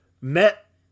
met